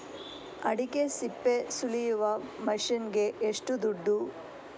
ಅಡಿಕೆ ಸಿಪ್ಪೆ ಸುಲಿಯುವ ಮಷೀನ್ ಗೆ ಏಷ್ಟು ದುಡ್ಡು?